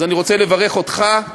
מוסכם.